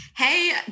Hey